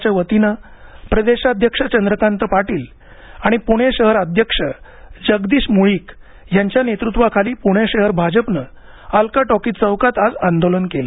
च्या वतीने प्रदेशाध्यक्ष चंद्रकांत पाटील आणि पुणे शहर अध्यक्ष जगदीश मुळीक यांच्या नेतृत्वाखाली पुणे शहर भाजपाने अलका टॉकीज चौकात आज आंदोलन केलं